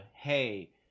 hey